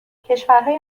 کشورهای